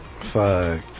Fuck